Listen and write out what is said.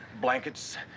blankets